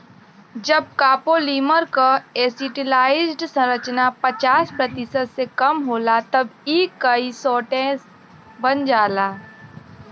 जब कॉपोलीमर क एसिटिलाइज्ड संरचना पचास प्रतिशत से कम होला तब इ काइटोसैन बन जाला